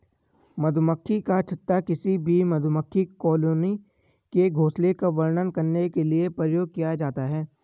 मधुमक्खी का छत्ता किसी भी मधुमक्खी कॉलोनी के घोंसले का वर्णन करने के लिए प्रयोग किया जाता है